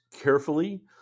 carefully